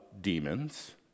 demons